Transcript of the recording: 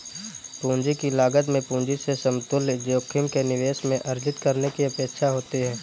पूंजी की लागत में पूंजी से समतुल्य जोखिम के निवेश में अर्जित करने की अपेक्षा होती है